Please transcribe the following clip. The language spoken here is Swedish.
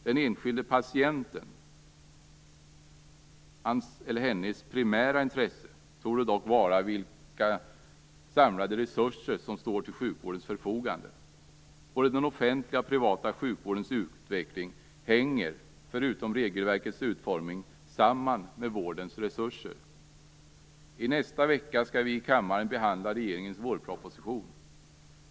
Den enskilde patientens primära intresse torde dock vara vilka samlade resurser som står till sjukvårdens förfogande. Både den offentliga och privata sjukvårdens utveckling hänger, förutom när det gäller regelverkets utformning, samman med vårdens resurser. I nästa vecka skall vi i kammaren behandla regeringens vårproposition.